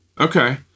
Okay